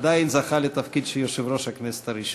ועדיין זכה לתפקיד של יושב-ראש הכנסת הראשון.